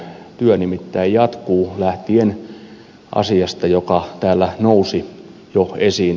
työ nimittäin jatkuu lähtien asiasta joka täällä nousi jo esiin